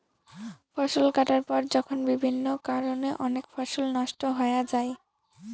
ফসল কাটার পর যখন বিভিন্ন কারণে অনেক ফসল নষ্ট হয়া যাই